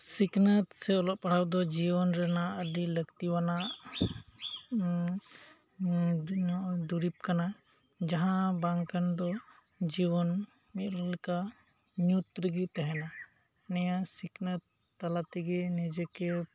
ᱥᱤᱠᱱᱟᱹᱛ ᱥᱮ ᱚᱞᱚᱜ ᱯᱟᱲᱦᱟᱣ ᱫᱚ ᱡᱤᱭᱚᱱ ᱨᱮᱱᱟᱜ ᱟᱹᱰᱤ ᱞᱟᱹᱛᱤ ᱟᱱᱟᱜ ᱫᱩᱨᱤᱵᱽ ᱠᱟᱱᱟ ᱡᱟᱦᱟᱸ ᱵᱟᱝ ᱠᱷᱟᱱ ᱫᱚ ᱡᱤᱵᱚᱱ ᱢᱤᱫ ᱞᱮᱠᱟ ᱧᱩᱛ ᱨᱮᱜᱮ ᱛᱟᱦᱮᱸᱱᱟ ᱱᱤᱭᱟᱹ ᱥᱤᱠᱷᱱᱟᱹᱛ ᱛᱟᱞᱟ ᱛᱮᱜᱮ ᱱᱤᱡᱮᱠᱮ